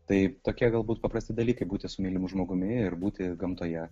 tai tokie galbūt paprasti dalykai būti su mylimu žmogumi ir būti gamtoje